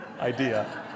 idea